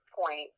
point